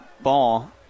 ball